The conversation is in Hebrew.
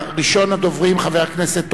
ראשון הדוברים, חבר הכנסת רותם,